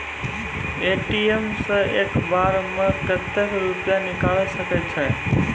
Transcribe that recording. ATM सऽ एक बार म कत्तेक रुपिया निकालि सकै छियै?